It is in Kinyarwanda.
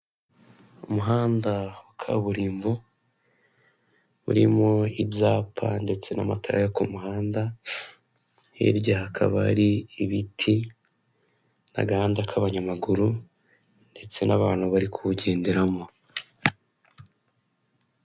Umuhanda wa kaburimbo urimo ibyapa ndetse n'amatara yo ku muhanda, hirya hakaba hari ibiti n'agahanda k'abanyamaguru ndetse n'abantu bari kuwugenderamo.